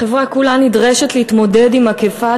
החברה כולה נדרשת להתמודד עם מגפת